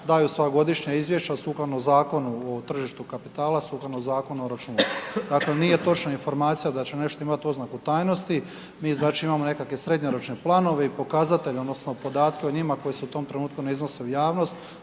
daju svoja godišnja izvješća sukladno Zakonu o tržištu kapitala, sukladno zakonu o računovodstvu. Dakle nije točna informacija da će nešto imati oznaku tajnosti. Mi znači imamo nekakve srednjoročne planove i pokazatelje odnosno podatke o njima koji se u tom trenutku ne iznose u javnost